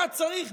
היה צריך,